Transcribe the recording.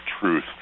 truth